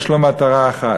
יש לו מטרה אחת,